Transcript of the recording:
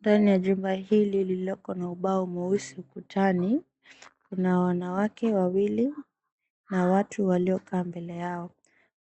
Ndani ya jumba hili lililoko na ubao mweusi ukutani, kuna wanawake wawili na watu waliokaa mbele yao,